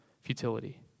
futility